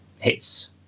hits